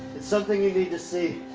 something you need to see,